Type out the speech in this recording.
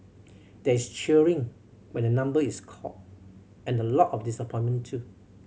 there is cheering when a number is called and a lot of disappointment too